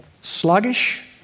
sluggish